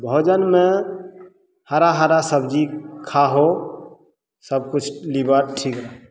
भोजनमे हरा हरा सब्जी खाहो सब किछु लीवर ठीक